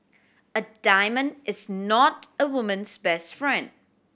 a diamond is not a woman's best friend